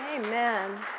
Amen